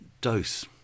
dose